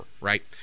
right